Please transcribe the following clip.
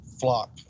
flock